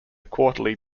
quarterly